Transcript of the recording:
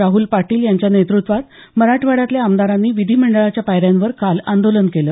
राहुल पाटील यांच्या नेतृत्वात मराठवाड्यातल्या आमदारांनी विधिमंडळाच्या पायऱ्यांवर काल आंदोलन केलं